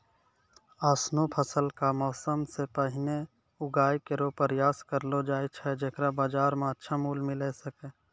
ऑसनो फसल क मौसम सें पहिने उगाय केरो प्रयास करलो जाय छै जेकरो बाजार म अच्छा मूल्य मिले सके